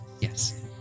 Yes